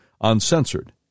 uncensored